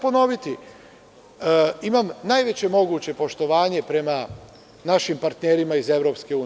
Ponoviću – imam najveće moguće poštovanje prema našim partnerima iz EU.